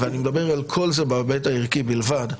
אני מדבר על כל זה בהיבט הערכי בלבד,